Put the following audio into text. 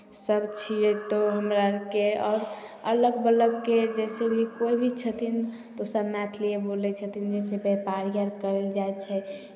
सभ छियै तऽ हमरा अरके आओर अगल बगलके जइसे भी कोइ भी छथिन ओसभ मैथलिए बोलै छथिन जइसे व्यापारी अर करल जाइ छै